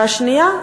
והשנייה,